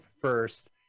first